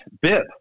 bib